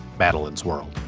madeline's world.